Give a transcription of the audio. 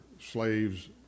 Slaves